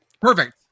Perfect